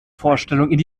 vorstellungen